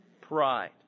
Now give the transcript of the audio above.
pride